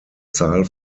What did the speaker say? zahl